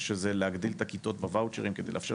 שזה להגדיל את הכיתות בוואוצ'רים כדי לאפשר